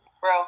Bro